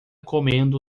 comendo